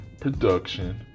Production